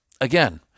again